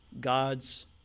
God's